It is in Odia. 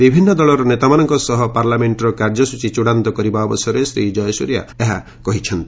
ବିଭିନ୍ନ ଦଳର ନେତାମାନଙ୍କ ସହ ପାର୍ଲାମେଣ୍ଟର କାର୍ଯ୍ୟସୂଚୀ ଚୂଡ଼ାନ୍ତ କରିବା ଅବସରରେ ଶ୍ରୀ ଜୟସୂର୍ଯ୍ୟ ଏହା କହିଛନ୍ତି